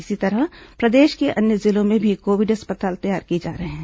इसी तरह प्रदेश के अन्य जिलों में भी कोविड अस्पताल तैयार किए जा रहे हैं